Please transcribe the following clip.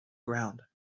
ground